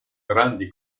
grandi